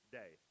day